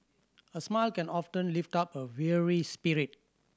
a smile can often lift up a weary spirit